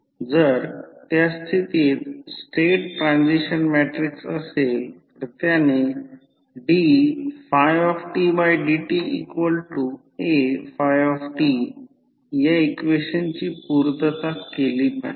जर त्या स्थितीत स्टेट ट्रान्सिशन मॅट्रिक्स असेल तर त्याने dφdtAφt या इक्वेशनची पूर्तता केली पाहिजे